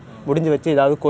any temple